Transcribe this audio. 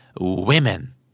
Women